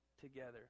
together